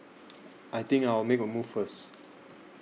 I think I'll make a move first